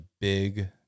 big